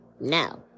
no